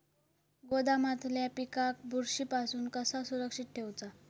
गोदामातल्या पिकाक बुरशी पासून कसा सुरक्षित ठेऊचा?